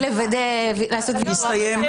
רציתי לעשות וידוא הריגה.